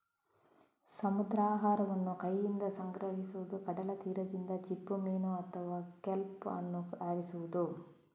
ಸಮುದ್ರಾಹಾರವನ್ನು ಕೈಯಿಂದ ಸಂಗ್ರಹಿಸುವುದು, ಕಡಲ ತೀರದಿಂದ ಚಿಪ್ಪುಮೀನು ಅಥವಾ ಕೆಲ್ಪ್ ಅನ್ನು ಆರಿಸುವುದು